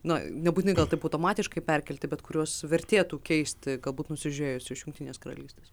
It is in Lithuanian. na nebūtinai gal taip automatiškai perkelti bet kuriuos vertėtų keisti galbūt nusižiūrėjus iš jungtinės karalystės